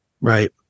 Right